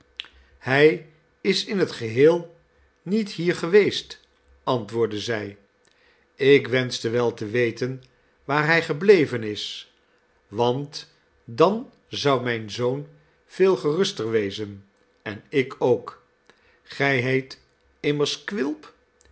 hij is in het geheel niet hier geweest antwoordde zij ik wenschte wel te weten waar hij gebleven is want dan zou mijn zoon veel geruster wezen en ik ook gij heet immers quilp